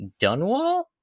Dunwall